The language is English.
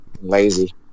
lazy